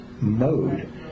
mode